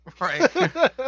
Right